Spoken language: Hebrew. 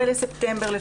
11 בספטמבר.